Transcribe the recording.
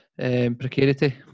precarity